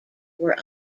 were